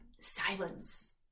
silence